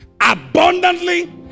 abundantly